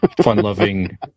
fun-loving